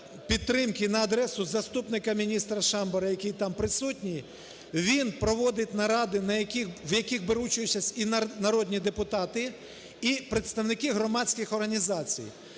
на адресу заступника міністра Шамбіра, який там присутній, він проводить наради, в яких беруть участь і народні депутати, і представники громадських організацій.